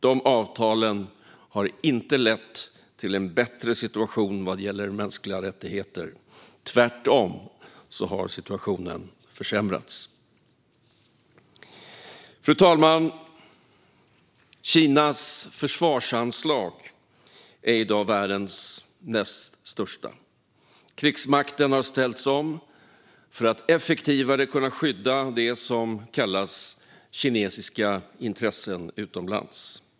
De avtalen har inte lett till en bättre situation vad gäller mänskliga rättigheter; tvärtom har situationen försämrats. Fru talman! Kinas försvarsanslag är i dag världens näst största. Krigsmakten har ställts om för att effektivare kunna skydda det som kallas kinesiska intressen utomlands.